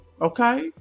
okay